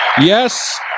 Yes